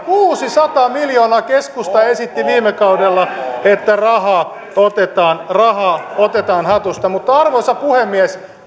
kuusisataa miljoonaa keskusta esitti viime kaudella että rahaa otetaan rahaa otetaan hatusta arvoisa puhemies